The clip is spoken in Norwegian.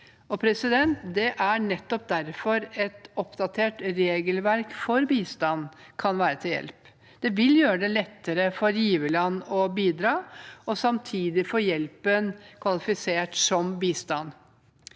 betale for. Det er nettopp derfor et oppdatert regelverk for bistand kan være til hjelp. Det vil gjøre det lettere for giverland å bidra, og samtidig få hjelpen kvalifisert som bistand.